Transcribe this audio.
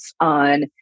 on